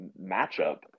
matchup